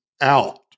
out